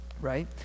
Right